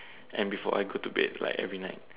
and before I go to bed like every night